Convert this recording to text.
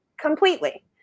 completely